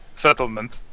settlement